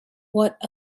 what